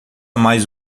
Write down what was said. mais